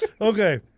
Okay